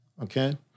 okay